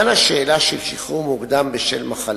רצוני לשאול: